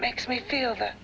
makes me feel that